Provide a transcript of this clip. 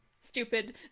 stupid